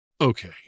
Okay